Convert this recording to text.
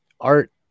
art